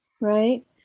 right